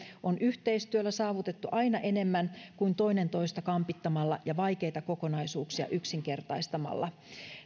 on yhteistyöllä saavutettu aina enemmän kuin toinen toista kampittamalla ja vaikeita kokonaisuuksia yksinkertaistamalla